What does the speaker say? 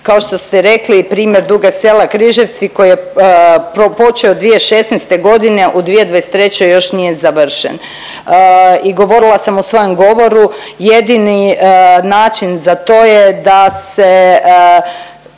kao što ste rekli primjer Dugog Sela – Križevci koji je počeo 2016.g. u 2023. još nije završen. I govorila sam u svojem govoru, jedini način za to je da se